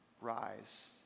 rise